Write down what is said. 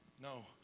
No